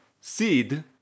seed